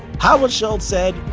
howard schultz said,